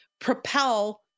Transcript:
propel